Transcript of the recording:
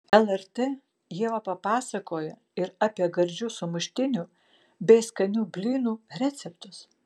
lrt ieva papasakojo ir apie gardžių sumuštinių bei skanių blynų receptus